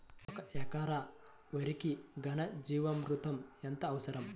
ఒక ఎకరా వరికి ఘన జీవామృతం ఎంత అవసరం?